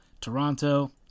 Toronto